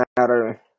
Matter